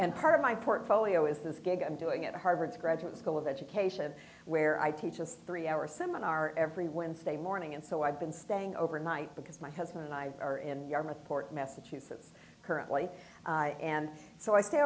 and part of my portfolio is this gig i'm doing at harvard's graduate school of education where i teach a three hour seminar every wednesday morning and so i've been staying overnight because my husband and i are in yarmouth port massachusetts currently and so i stay